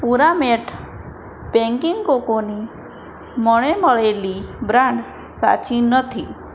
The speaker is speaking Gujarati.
પુરામેટ બેંકિંગ કોકોની મને મળેલી બ્રાન્ડ સાચી નથી